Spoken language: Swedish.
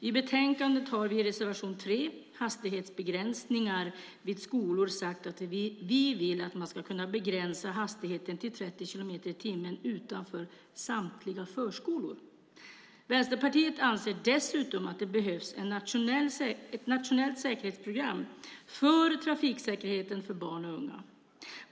I betänkandet har vi i reservation 3 Hastighetsbegränsningar vid skolor sagt att vi vill att man ska kunna begränsa hastigheten till 30 i timmen utanför samtliga förskolor. Vänsterpartiet anser dessutom att det behövs ett nationellt säkerhetsprogram för trafiksäkerheten för barn och unga.